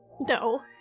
No